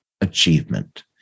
achievement